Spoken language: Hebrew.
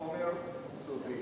חומר סודי.